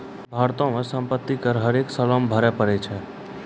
भारतो मे सम्पति कर हरेक सालो मे भरे पड़ै छै